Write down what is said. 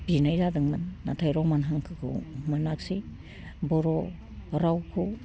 बिनाय जादोंमोन नाथाइ रमान हांखोखौ मोनाखिसै बर' रावखौ